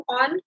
on